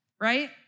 right